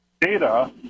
data